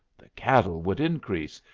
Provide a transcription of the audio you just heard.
the cattle would increase,